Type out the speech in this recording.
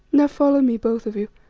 now follow me, both of you,